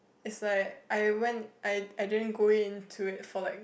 it's like I went I I didn't go into it for like